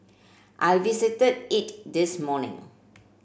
I visited it this morning